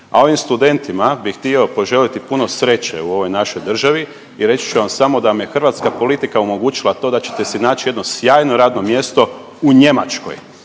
A ovim studentima bih htio poželiti puno sreće u ovoj našoj državi i reći ću vam samo da vam je hrvatska politika omogućila to da ćete si naći jedno sjajno radno mjesto u Njemačkoj,